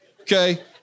okay